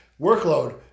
workload